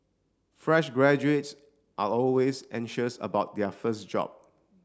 fresh graduates are always anxious about their first job